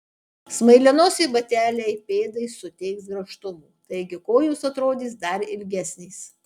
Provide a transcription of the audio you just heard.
smailianosiai bateliai pėdai suteiks grakštumo taigi kojos atrodys dar ilgesnės